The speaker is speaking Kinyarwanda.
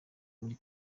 muri